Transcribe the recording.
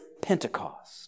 Pentecost